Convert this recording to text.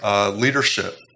leadership